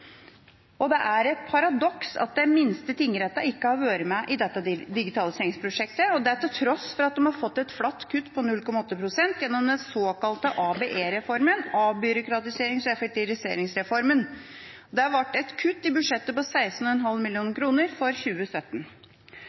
sentralisere. Det er et paradoks at de minste tingrettene ikke har vært med i dette digitaliseringsprosjektet, til tross for at de har fått et flatt kutt på 0,8 pst. gjennom den såkalte ABE-reformen, avbyråkratiserings- og effektiviseringsreformen. Det ble et kutt i budsjettet for 2017 på 16,5